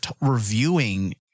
reviewing